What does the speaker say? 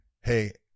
Hey